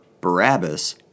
Barabbas